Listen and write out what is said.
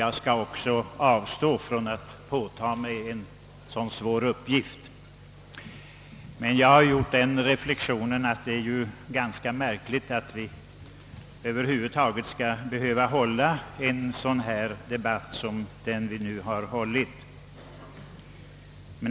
Jag skall också avstå från att påta mig en så svår uppgift, men jag måste göra den reflexionen att det är ganska märkligt att vi över huvud taget skall behöva hålla en debatt som denna.